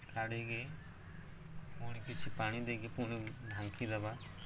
କଢ଼ିକି ପୁଣି କିଛି ପାଣି ଦେଇକି ପୁଣି ଢାଙ୍କି ଦେବା